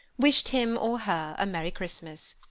wished him or her a merry christmas.